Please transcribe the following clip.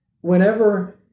Whenever